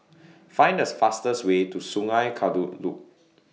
Find The fastest Way to Sungei Kadut Loop